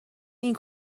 این